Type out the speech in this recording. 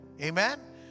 Amen